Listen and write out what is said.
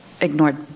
ignored